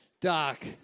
Doc